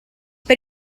per